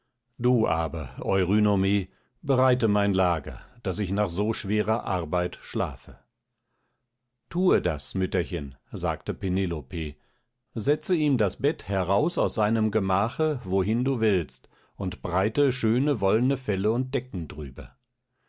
du aber eurynome bereite mein lager daß ich nach so schwerer arbeit schlafe thue das mütterchen sagte penelope setze ihm das bett heraus aus seinem gemache wohin du willst und breite schöne wollene felle und decken